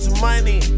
money